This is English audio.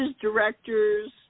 directors